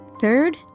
Third